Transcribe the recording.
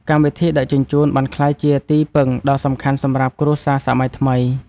កម្មវិធីដឹកជញ្ជូន បានក្លាយជាទីពឹងដ៏សំខាន់សម្រាប់គ្រួសារសម័យថ្មី។